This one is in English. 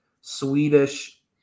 Swedish